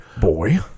boy